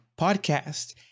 podcast